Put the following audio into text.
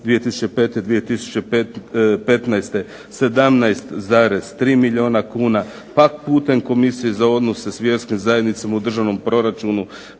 2005.-2015. 17,3 milijuna kuna, pa putem Komisije za odnose s vjerskim zajednicama u državnom proračunu